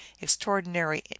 extraordinary